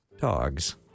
dogs